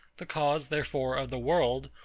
the cause, therefore, of the world,